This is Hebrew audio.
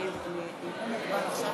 אין בעיה.